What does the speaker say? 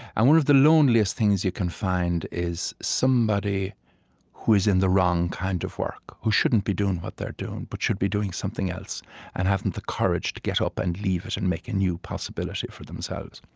and one of the loneliest things you can find is somebody who is in the wrong kind of work, who shouldn't be doing what they are doing, but should be doing something else and haven't the courage to get up and leave it and make a new possibility for themselves.